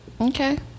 Okay